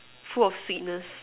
full of sweetness